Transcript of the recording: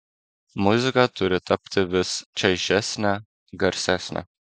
muzika turi tapti vis čaižesnė garsesnė